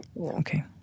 Okay